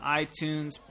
iTunes